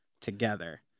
together